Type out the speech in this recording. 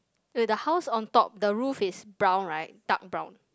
eh the house on top the roof is brown right dark brown